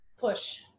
push